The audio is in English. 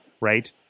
right